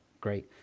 Great